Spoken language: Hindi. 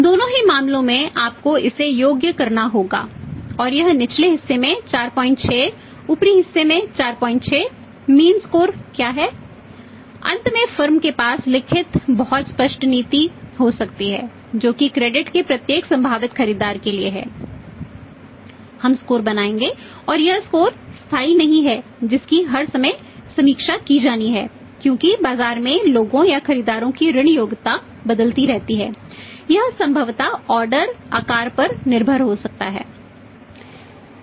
दोनों ही मामलों में आपको इसे योग करना होगा और यह निचले हिस्से में 46 ऊपरी हिस्से में 46 मीन आकार पर निर्भर हो सकता है